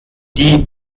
die